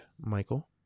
Michael